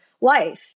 life